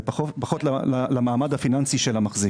ופחות למעמד הפיננסי של המחזיק.